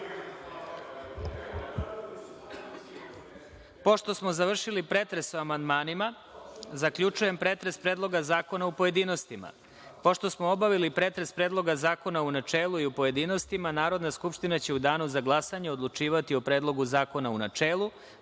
smo završili pretres o amandmanima, zaključujem pretres Predloga zakona u pojedinostima. Pošto smo obavili pretres Predloga zakona u načelu i u pojedinostima, Narodna skupština će u danu za glasanje odlučivati o Predlogu zakona u načelu,